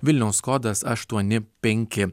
vilniaus kodas aštuoni penki